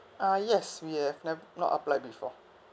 uh yes we have nev~ not apply before